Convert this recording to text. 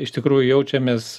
iš tikrųjų jaučiamės